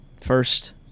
first –